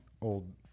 old